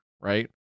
Right